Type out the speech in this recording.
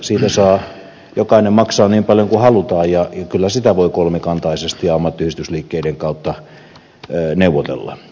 siitä saa jokainen maksaa niin paljon kuin halutaan ja kyllä siitä voi kolmikantaisesti ammattiyhdistysliikkeiden kautta neuvotella